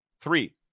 Three